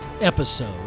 episode